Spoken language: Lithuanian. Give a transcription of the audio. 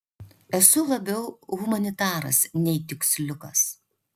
esu labiau humanitaras nei tiksliukas